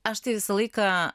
aš tai visą laiką